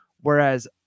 Whereas